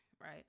right